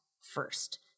first